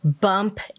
bump